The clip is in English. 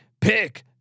Pick